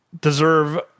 deserve